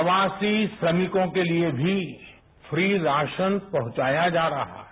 प्रवासी श्रमिकों के लिए भी फ्रीराशन पहुंचाया जा रहा है